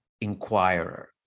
inquirer